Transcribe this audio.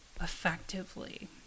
effectively